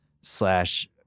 slash